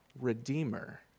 Redeemer